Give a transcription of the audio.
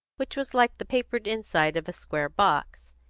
which was like the papered inside of a square box.